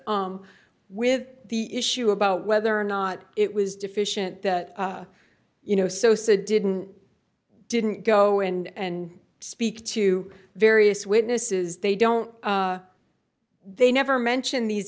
the with the issue about whether or not it was deficient that you know sosa didn't didn't go and speak to various witnesses they don't they never mention these